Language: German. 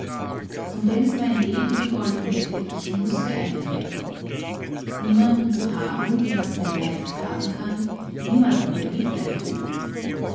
und wenn es mein leben gegolten hätte ich mußte eintreten niemanden zu haben dem man sein leid klagen kann niemanden der mitleid fühlt